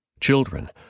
Children